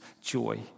joy